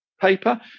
paper